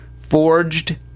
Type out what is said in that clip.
Forged